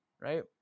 right